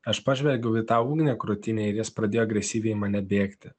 aš pažvelgiau į tą ugnį krūtinėj ir jis pradėjo agresyviai į mane bėgti